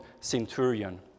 centurion